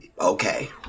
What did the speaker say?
Okay